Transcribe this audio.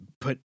put